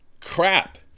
crap